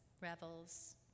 revels